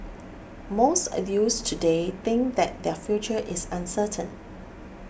most of youths today think that their future is uncertain